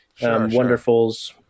wonderfuls